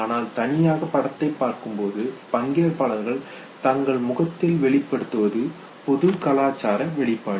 ஆனால் தனியாக படத்தை பார்க்கும்போது பங்கேற்பாளர்கள் தங்கள் முகத்தில் வெளிப்படுத்துவது பொது கலாச்சார வெளிப்பாடு